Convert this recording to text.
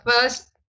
first